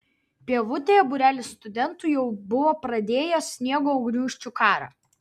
pievutėje būrelis studentų jau buvo pradėjęs sniego gniūžčių karą